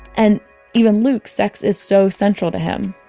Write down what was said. and even luke. sex is so central to him.